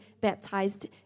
baptized